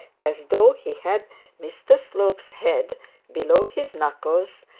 as though he had mr slope's head below his knuckles,